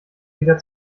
wieder